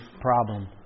problem